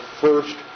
first